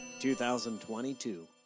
2022